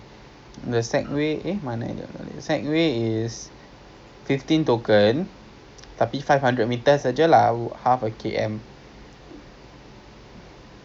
ya or maybe we can go there makan first at seah im the aspirasi then after that we head into sentosa lah because kan nak naik the monorail also it's free [what]